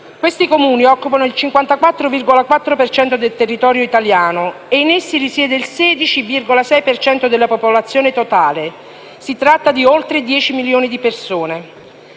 Questi Comuni occupano il 54,4 per cento del territorio italiano e in essi risiede il 16,6 per cento della popolazione totale. Si tratta di oltre 10 milioni di persone.